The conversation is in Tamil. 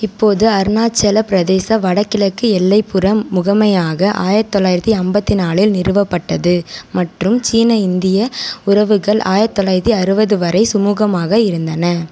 இப்போது அருணாச்சலப் பிரதேச வடகிழக்கு எல்லைப்புறம் முகமையாக ஆயிரத்து தொள்ளாயிரத்து ஐம்பத்தி நாலில் நிறுவப்பட்டது மற்றும் சீன இந்திய உறவுகள் ஆயிரத்து தொள்ளாயிரத்து அறுபது வரை சுமூகமாக இருந்தன